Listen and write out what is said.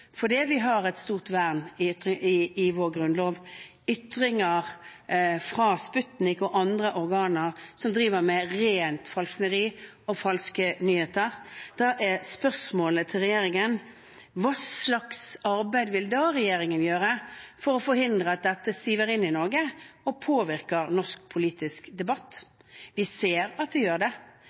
fordi vi har et stort vern i vår grunnlov – ytringer fra Sputnik og andre organer som driver med rent falskneri og falske nyheter, er spørsmålet til regjeringen: Hva slags arbeid vil da regjeringen gjøre for å forhindre at dette siver inn i Norge og påvirker norsk politisk debatt? Vi ser at det gjør det.